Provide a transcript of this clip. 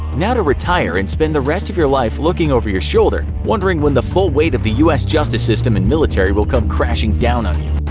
now to retire and spend the rest of your life looking over your shoulder wondering when the full weight of the us justice system and military will come crashing down on you.